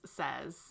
says